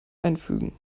einfügen